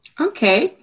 okay